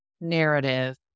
narrative